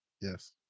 Yes